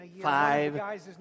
five